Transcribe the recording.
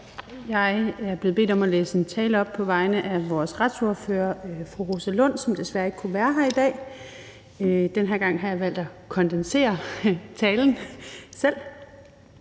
Jeg er blevet bedt om at læse en tale op på vegne af vores retsordfører, fru Rosa Lund, som desværre ikke kunne være her i dag, og den her gang har jeg valgt selv at kondensere talen.